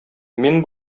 мин